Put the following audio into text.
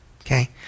okay